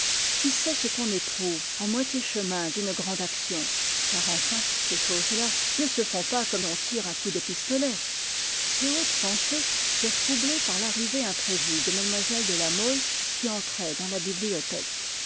qui sait ce qu'on éprouve à moitié chemin d'une grande action car enfin ces choses-là ne se font pas comme on tire un coup de pistolet ces hautes pensées furent troublées par l'arrivée imprévue de mlle de la mole qui entrait dans la bibliothèque